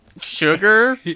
Sugar